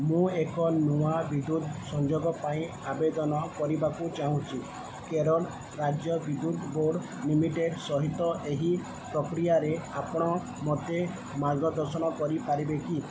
ମୁଁ ଏକ ନୂଆ ବିଦ୍ୟୁତ ସଂଯୋଗ ପାଇଁ ଆବେଦନ କରିବାକୁ ଚାହୁଁଛି କେରଳ ରାଜ୍ୟ ବିଦ୍ୟୁତ ବୋର୍ଡ଼ ଲିମିଟେଡ଼୍ ସହିତ ଏହି ପ୍ରକ୍ରିୟାରେ ଆପଣ ମୋତେ ମାର୍ଗଦର୍ଶନ କରିପାରିବେ କି